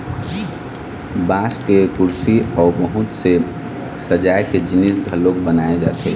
बांस के कुरसी अउ बहुत से सजाए के जिनिस घलोक बनाए जाथे